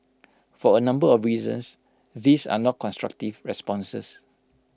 for A number of reasons these are not constructive responses